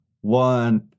one